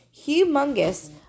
humongous